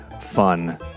fun